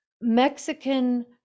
Mexican